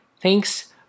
Thanks